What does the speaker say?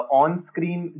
on-screen